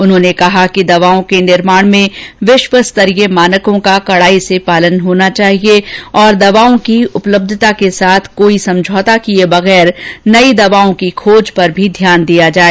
उन्होंने कहा कि दवाओं के निर्माण में विश्वस्तरीय मानकों का कड़ाई से पालन होना चाहिए और दवाओं की उपलब्यता के साथ कोई समझौता किए बगैर नयी दवाओं की खोज पर भी ध्यान दिया जाए